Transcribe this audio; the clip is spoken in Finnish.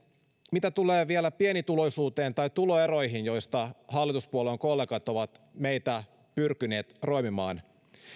mitä tulee vielä pienituloisuuteen tai tuloeroihin joista hallituspuolueen kollegat ovat meitä pyrkineet roimimaan